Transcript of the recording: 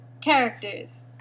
Characters